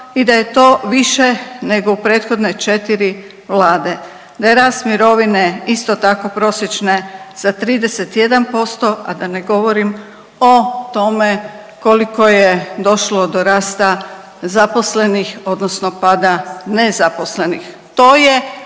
i da je to više nego u prethodne četiri vlade, da je rast mirovine isto tako prosječne za 31%, a da ne govorim o tome koliko je došlo do rasta zaposlenih odnosno pada nezaposlenih.